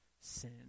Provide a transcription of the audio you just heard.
sin